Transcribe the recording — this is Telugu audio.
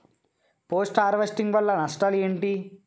పోస్ట్ హార్వెస్టింగ్ వల్ల నష్టాలు ఏంటి?